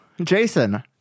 Jason